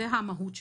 זאת המהות שלה.